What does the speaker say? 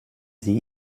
sie